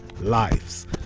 lives